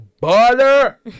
butter